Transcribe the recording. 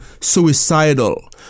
suicidal